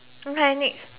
okay next